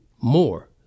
more